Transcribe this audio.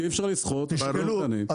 שאי אפשר יהיה לסחוט בעלי עסקים קטנים.